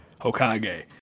Hokage